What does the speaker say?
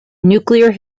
nuclear